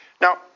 Now